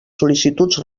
sol·licituds